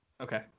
Okay